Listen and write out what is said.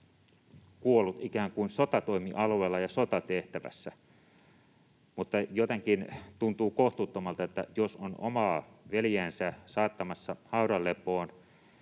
kuollut sotatoimialueella ja sotatehtävässä. Jotenkin se tuntuu kohtuuttomalta, jos on omaa veljeänsä saattamassa haudan lepoon